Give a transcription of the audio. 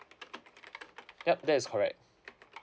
yup that is correct